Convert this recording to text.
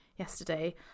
yesterday